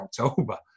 October